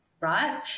Right